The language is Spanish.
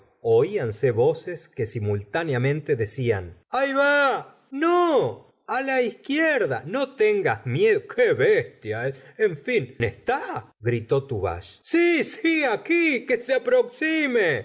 oíanse voces que simultáneamente decían ahí va no a la izquierda no tengas miedo qu bestia es en fin está gritó tuvache si si aqui que se aproxime